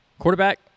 Quarterback